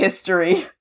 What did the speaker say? history